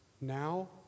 now